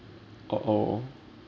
(uh oh)